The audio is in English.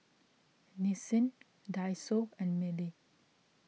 Nissin Daiso and Mili